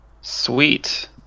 Sweet